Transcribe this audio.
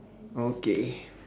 okay